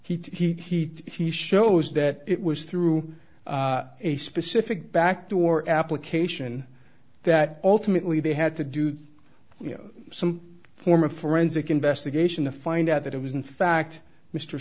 he shows that it was through a specific backdoor application that ultimately they had to do some form of forensic investigation to find out that it was in fact mr